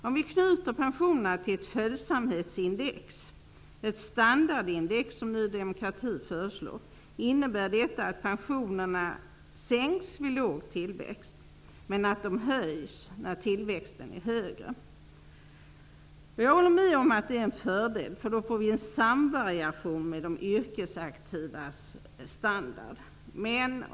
Om vi knyter pensionerna till ett följsamhetsindex, ett standardindex, som Ny demokrati föreslår, innebär det att pensionerna sänks vid låg tillväxt och höjs när tillväxten är högre. Jag håller med om att det är en fördel, för då får vi så att säga en samvariation med de yrkesaktivas standard.